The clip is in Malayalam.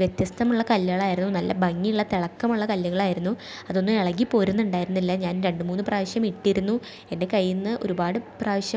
വ്യത്യസ്തമുള്ള കല്ലുകളായിരുന്നു നല്ല ഭംഗിയുള്ള തിളക്കമുള്ള കല്ലുകളായിരുന്നു അതൊന്നും ഇളകിപ്പോരുന്നുണ്ടായിരുന്നില്ല ഞാൻ രണ്ട് മൂന്ന് പ്രാവശ്യം ഇട്ടിരുന്നു എൻ്റെ കയ്യിൽ നിന്ന് ഒരുപാട് പ്രാവശ്യം